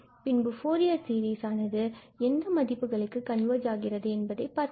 பின் Fourier series ஆனது எந்த மதிப்புகளுக்கு கண்வர்ஜ் ஆகிறது என்பதை பார்க்க வேண்டும்